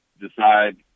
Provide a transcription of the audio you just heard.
decide